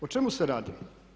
O čemu se radi?